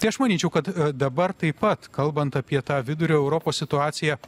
tai aš manyčiau kad dabar taip pat kalbant apie tą vidurio europos situaciją